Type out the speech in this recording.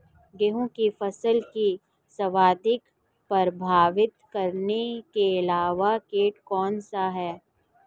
गेहूँ की फसल को सर्वाधिक प्रभावित करने वाला कीट कौनसा है?